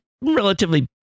relatively